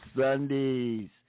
Sundays